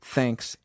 Thanks